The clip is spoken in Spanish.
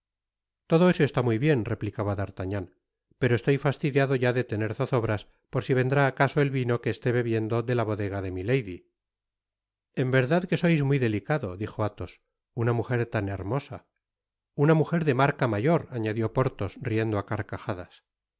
todo eso está muy bien replicaba d'artagnan pero estoy fastidiado ya de tener zozobras por si vendrá acaso el vino que esté bebiendo de la bodega de milady en verdad que sois muy delicado dijo athos una mujer tan hermosa una mujer de marca mayor añadió porthos riendo á carcajadas